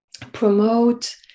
promote